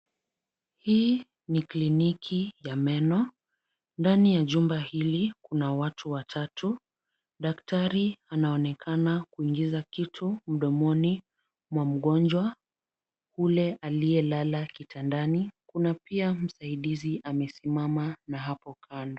Hii ni kliniki ya meno. Ndani ya jumba hili kuna watu watatu. Daktari anaonekana kuingiza kitu mdomoni mwa mgonjwa ule aliyelala kitandani. Kuna pia msaidizi amesimama na hapo kando.